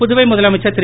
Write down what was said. புதுவை முதலமைச்சர் திரு